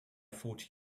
thought